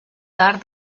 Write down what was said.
d’art